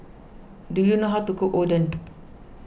do you know how to cook Oden